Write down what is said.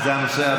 זה הנושא הבא.